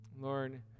Lord